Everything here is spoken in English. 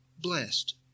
blessed